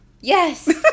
yes